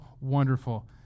wonderful